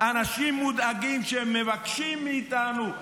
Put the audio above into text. אנשים מודאגים מבקשים מאיתנו: